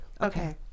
Okay